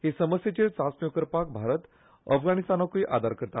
हे समस्येचेर चांचण्यो करपाक भारत अफगाणिस्तानाकूय आदार करता